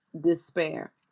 despair